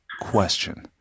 question